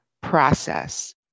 process